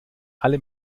alle